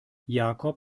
jakob